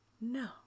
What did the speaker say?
No